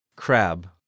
Crab